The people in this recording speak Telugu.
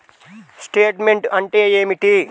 స్టేట్మెంట్ అంటే ఏమిటి?